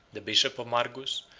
the bishop of margus,